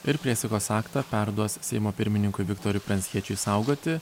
ir priesaikos aktą perduos seimo pirmininkui viktorui pranckiečiui saugoti